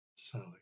Sally